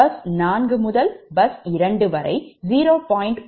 எனவே bus 4 முதல் bus 2 வரை 0